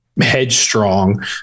headstrong